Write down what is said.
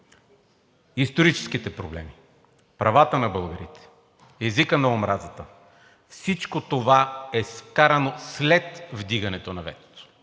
историческите проблеми, правата на българите, езикът на омразата – всичко това е вкарано след вдигането на ветото.